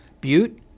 Butte